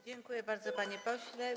Dziękuję bardzo, panie pośle.